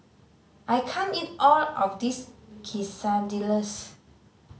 I can't eat all of this Quesadillas